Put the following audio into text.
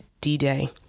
D-Day